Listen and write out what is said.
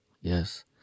yes